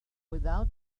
without